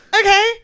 okay